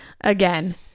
Again